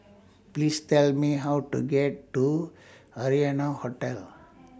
Please Tell Me How to get to Arianna Hotel